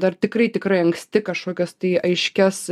dar tikrai tikrai anksti kažkokios tai aiškias